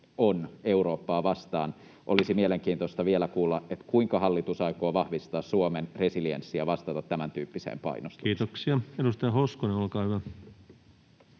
koputtaa] olisi mielenkiintoista vielä kuulla, kuinka hallitus aikoo vahvistaa Suomen resilienssiä vastata tämäntyyppiseen painostukseen. Kiitoksia. — Edustaja Hoskonen, olkaa hyvä.